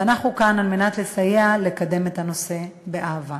ואנחנו כאן על מנת לסייע לקדם את הנושא באהבה.